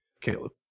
Caleb